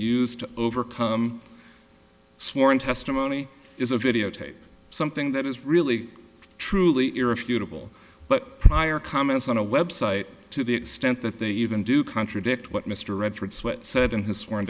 use to overcome sworn testimony is a videotape something that is really truly irrefutable but prior comments on a website to the extent that they even do contradict what mr redford sweate said in his sw